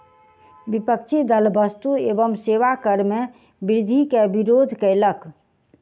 विपक्षी दल वस्तु एवं सेवा कर मे वृद्धि के विरोध कयलक